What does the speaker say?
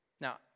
Now